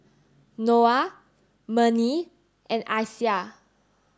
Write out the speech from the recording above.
Noah Murni and Aisyah